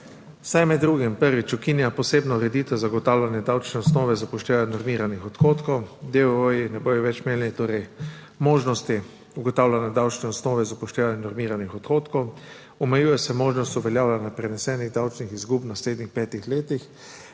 saj med drugim prvič ukinja posebno ureditev zagotavljanja(?) davčne osnove z upoštevanjem normiranih odhodkov. Deooji ne bodo več imeli torej možnosti ugotavljanja davčne osnove z upoštevanjem normiranih odhodkov. Omejuje se možnost uveljavljanja prenesenih davčnih izgub v naslednjih petih letih,